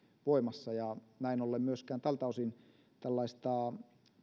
voimassa näin ollen myöskään tältä osin tällaista